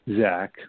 Zach